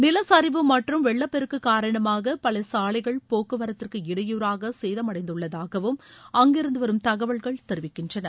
நிலச்சரிவு மற்றும் வெள்ளப்பெருக்கு காரணமாக பல சாலைகள் போக்குவரத்துக்கு இடையூறாக சேதடைந்துள்ளதாகவும் அங்கிருந்து வரும் தகவல்கள் தெரிவிக்கின்றன